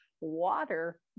water